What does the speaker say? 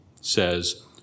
says